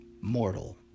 mortal